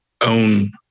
own